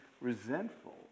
resentful